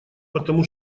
потому